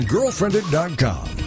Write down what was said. Girlfriended.com